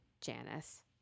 janice